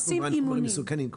עושים אימונים.